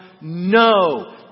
no